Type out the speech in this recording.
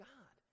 God